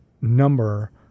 number